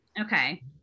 Okay